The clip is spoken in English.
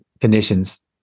conditions